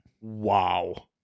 Wow